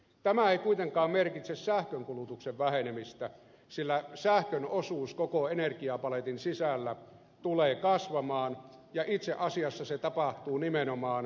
tämä ei kuitenkaan merkitse sähkön kulutuksen vähenemistä sillä sähkön osuus koko energiapaletin sisällä tulee kasvamaan ja itse asiassa se tapahtuu nimenomaan ilmastotoimien vuoksi